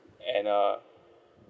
and uh